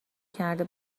کرده